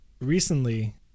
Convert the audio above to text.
Recently